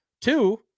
Two